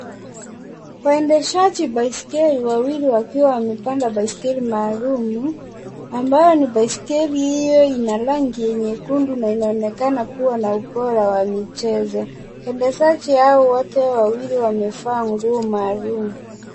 Waendeshaji baiskeli wawili wakiwa wakiwa wamepanda baiskeli maalum ambayo ni baiskeli yenye rangi nyekundu na inaonekana kuwa na ubora wa michezo. Waendeshaji hao wote wawili wamevaa nguo maalum.